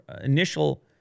initial